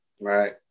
Right